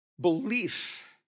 belief